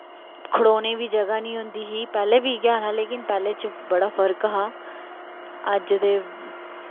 खड़ोने दी बी जगह नी होंदी ही पैह्ले इयै हाल ही लेकिन पैह्ले च बड़ा फर्क हा अज्ज